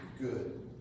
good